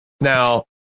Now